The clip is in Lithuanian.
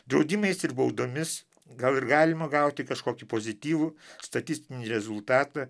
draudimais ir baudomis gal ir galima gauti kažkokį pozityvų statistinį rezultatą